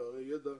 פערי ידע,